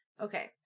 Okay